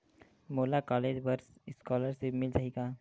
मोला कॉलेज बर स्कालर्शिप मिल जाही का?